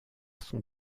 son